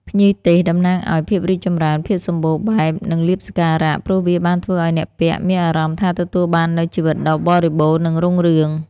ភ្ញីទេសតំណាងឱ្យ ភាពរីកចម្រើន ភាពសំបូរបែប និងលាភសក្ការៈ ព្រោះវាបានធ្វើឱ្យអ្នកពាក់មានអារម្មណ៍ថាទទួលបាននូវជីវិតដ៏បរិបូរណ៍ និងរុងរឿង។